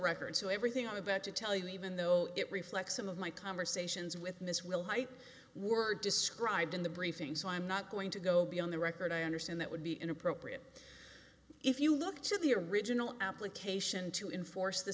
record so everything i'm about to tell you even though it reflects some of my conversations with miss wilhite were described in the briefing so i'm not going to go be on the record i understand that would be inappropriate if you look to the original application to enforce the